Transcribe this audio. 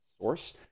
source